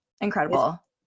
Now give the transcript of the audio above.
incredible